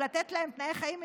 לתת להם תנאי חיים מינימליים.